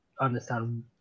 Understand